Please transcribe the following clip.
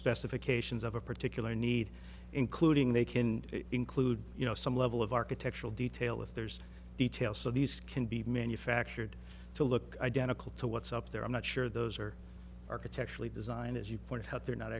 specifications of a particular need including they can include you know some level of architectural detail if there's detail so these can be manufactured to look identical to what's up there i'm not sure those are architectural design as you point out they're not